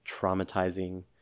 traumatizing